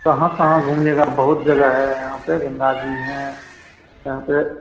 कहाँ कहाँ घूमिएगा बहुत जगह हैं यहाँ पर गंगा जी हैं यहाँ पर